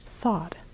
thought